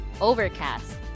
Overcast